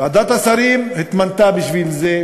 ועדת השרים התמנתה בשביל זה,